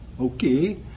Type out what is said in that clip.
okay